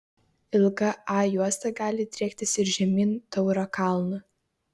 ilga a juosta gali driektis ir žemyn tauro kalnu